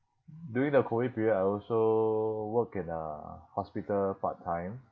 during the COVID period I also work in a hospital part-time